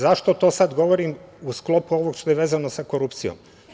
Zašto to sada govorim, u sklopu ovoga što je vezano sa korupcijom?